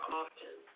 often